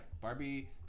Barbie